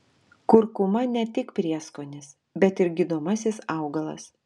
kurkuma ne tik prieskonis bet ir gydomasis augalas